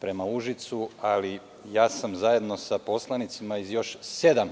prema Užicu. Zajedno sa poslanicima iz još sedam